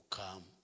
come